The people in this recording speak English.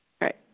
right